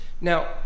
Now